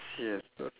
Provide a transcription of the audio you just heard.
yes so